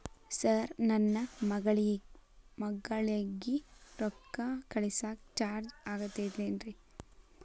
Sir ನನ್ನ ಮಗಳಗಿ ರೊಕ್ಕ ಕಳಿಸಾಕ್ ಚಾರ್ಜ್ ಆಗತೈತೇನ್ರಿ?